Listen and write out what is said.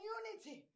unity